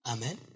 Amen